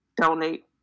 donate